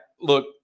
Look